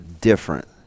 different